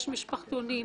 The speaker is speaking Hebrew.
יש משפחתונים.